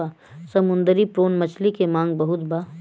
समुंदरी प्रोन मछली के मांग बहुत बा